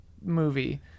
movie